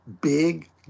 big